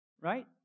right